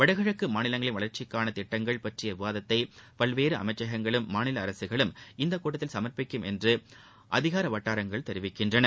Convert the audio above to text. வடகிழக்கு மாநிலங்களின் வளர்ச்சிக்காக திட்டங்கள் பற்றிய விவாதத்தை பல்வேறு அமைச்சங்களும் மாநில அரசுகளும் இந்த கூட்டத்தில் சமர்ப்பிக்கும் என்று அதிகார வட்டாரங்கள் தெரிவிக்கின்றன